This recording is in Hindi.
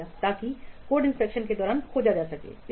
ताकि कोड इंस्पेक्शन के दौरान खोजा जा सके